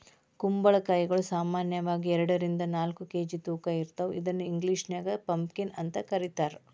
ಕುಂಬಳಕಾಯಿಗಳು ಸಾಮಾನ್ಯವಾಗಿ ಎರಡರಿಂದ ನಾಲ್ಕ್ ಕೆ.ಜಿ ತೂಕ ಇರ್ತಾವ ಇದನ್ನ ಇಂಗ್ಲೇಷನ್ಯಾಗ ಪಂಪಕೇನ್ ಅಂತ ಕರೇತಾರ